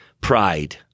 pride